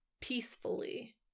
peacefully